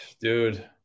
dude